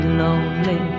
lonely